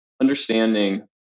understanding